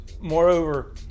moreover